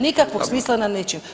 Nikakvog smisla na ničim.